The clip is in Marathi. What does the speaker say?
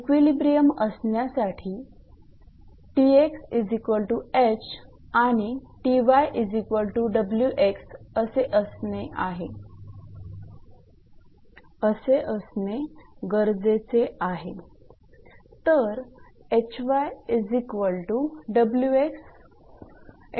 इक्विलिब्रियम असण्यासाठी आणि असे असणे गरजेचे आहे